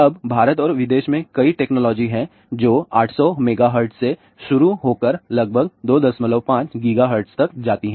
अब भारत और विदेश में कई टेक्नोलॉजी हैं जो 800 मेगाहर्ट्ज से शुरू होकर लगभग 25 गीगाहर्ट्ज़ तक जाती हैं